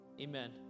Amen